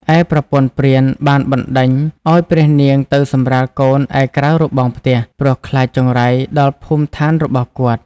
ឯប្រពន្ធព្រាន បានបណ្តេញឲ្យព្រះនាងទៅសម្រាលកូនឯក្រៅរបងផ្ទះ ព្រោះខ្លាចចង្រៃដល់ភូមិឋានរបស់គាត់។